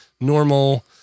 normal